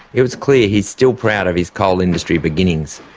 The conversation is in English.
it was clear he is still proud of his coal industry beginnings.